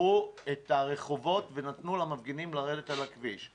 שסגרו את הרחובות ונתנו למפגינים לרדת אל הכביש,